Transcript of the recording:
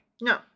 No